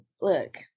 Look